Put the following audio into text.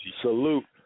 Salute